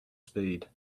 speed